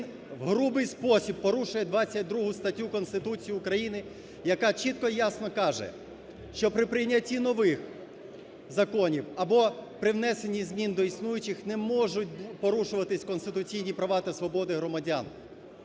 Він в грубий спосіб порушує 22 статтю Конституцію України, яка чітко і ясно каже, що при прийнятті нових законів або при внесенні змін до існуючих не можуть порушуватись конституційні права та свободи громадян.